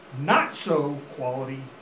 not-so-quality